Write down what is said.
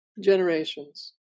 generations